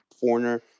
foreigner